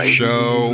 show